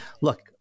look